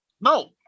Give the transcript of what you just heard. No